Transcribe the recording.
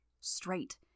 straight